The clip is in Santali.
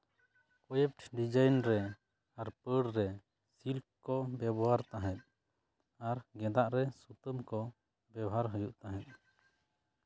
ᱳᱭᱮᱵᱽ ᱰᱤᱡᱟᱭᱤᱱ ᱨᱮ ᱟᱨ ᱯᱟᱹᱲ ᱨᱮ ᱥᱤᱞᱠ ᱠᱚ ᱵᱮᱣᱦᱟᱨ ᱛᱟᱦᱮᱫ ᱟᱨ ᱜᱮᱸᱫᱟᱜ ᱨᱮ ᱥᱩᱛᱟᱹᱢ ᱠᱚ ᱵᱮᱣᱦᱟᱨ ᱦᱩᱭᱩᱜ ᱛᱟᱦᱮᱫ